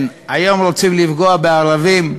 כן, היום רוצים לפגוע בערבים,